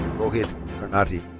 rohit karnati.